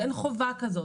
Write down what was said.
אין חובה כזאת.